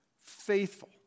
faithful